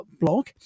blog